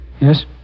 Yes